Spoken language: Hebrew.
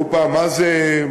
אמרו פעם, מה זה מיתון?